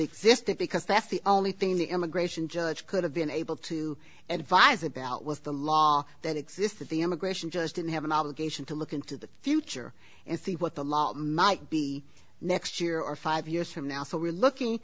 existed because that's the only thing the immigration judge could have been able to and advise about was the law that exists that the immigration judge didn't have an obligation to look into the future if the what the law might be next year or five years from now so we're l